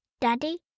Daddy